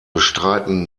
bestreiten